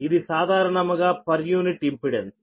ఇది సాధారణముగా per unit impedance